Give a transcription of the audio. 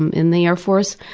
in the air force,